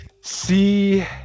see